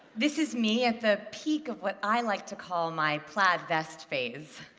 this is me at the peak of what i like to call my plaid vest phase.